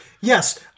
yes